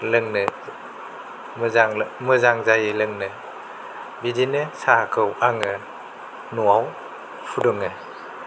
लोंनो मोजां मोजां जायो लोंनो बिदिनो साहाखौ आङो न'वाव फुदुङो